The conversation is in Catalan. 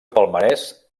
palmarès